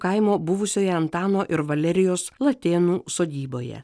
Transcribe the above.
kaimo buvusioje antano ir valerijos latėnų sodyboje